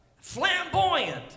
flamboyant